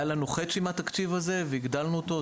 בשנה שעברה היה לנו חצי מהתקציב הזה והגדלנו אותו,